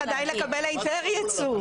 צריך לקבל היתר ייצוא.